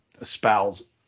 espouse